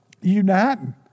uniting